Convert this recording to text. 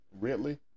Ridley